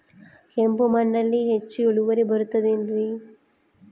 ಕೆಂಪು ಮಣ್ಣಲ್ಲಿ ಹೆಚ್ಚು ಇಳುವರಿ ಬರುತ್ತದೆ ಏನ್ರಿ?